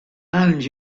and